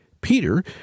Peter